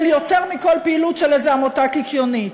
יותר מכל פעילות של איזו עמותה קיקיונית,